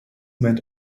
moment